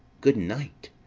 good night!